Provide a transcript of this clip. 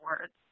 words